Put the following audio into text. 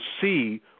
see